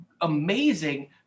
amazing